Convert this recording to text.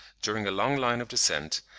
during a long line of descent,